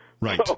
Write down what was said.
Right